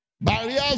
Barriers